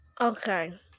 Okay